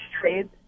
trades